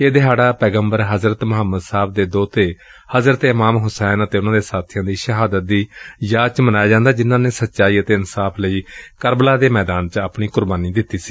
ਇਹ ਦਿਹਾੜਾ ਪੈਗੰਬਰ ਹਜ਼ਰਤ ਮੁਹੰਮਦ ਸਾਹਿਬ ਦੇ ਦੋਹਤੇ ਹਜ਼ਰਤ ਇਮਾਮ ਹੁਸੈਨ ਅਤੇ ਉਨੁਾਂ ਦੇ ਸਾਥੀਆਂ ਦੀ ਸ਼ਹਾਦਤ ਦੀ ਯਾਦ ਚ ਮਨਾਇਆ ਜਾਂਦੈ ਜਿਨੂਾਂ ਨੇ ਸੱਚਾਈ ਅਤੇ ਇਨਸਾਫ਼ ਲਈ ਕਰਬਲਾ ਦੇ ਮੈਦਾਨ ਚ ਆਪਣੀ ਕੁਰਬਾਨੀ ਦਿੱਤੀ ਸੀ